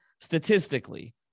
statistically